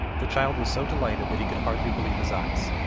the child was so delighted that he could hardly believe his eyes,